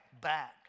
back